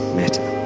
matter